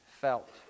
felt